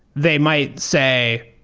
they might say,